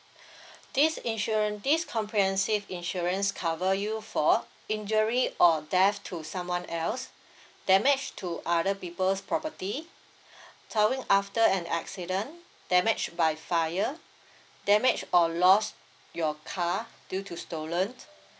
this insurance this comprehensive insurance cover you for injury or death to someone else damage to other people's property towing after an accident damage by fire damage or lost your car due to stolen